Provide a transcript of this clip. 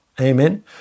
Amen